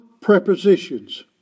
prepositions